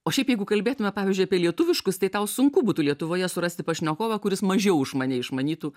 o šiaip jeigu kalbėtume pavyzdžiui apie lietuviškus tai tau sunku būtų lietuvoje surasti pašnekovą kuris mažiau už mane išmanytų